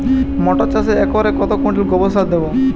মটর চাষে একরে কত কুইন্টাল গোবরসার দেবো?